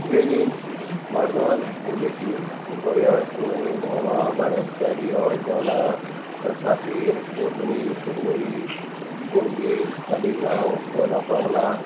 वेली मारदवल म्हणजेशी कुंकळ्यां कुणय भोंमा बाणस्तारी ओडकोणा सापेर खोर्ली पुर्वरी पणजे तालिगांव दोना पावलां